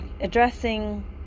addressing